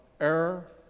error